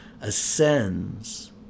ascends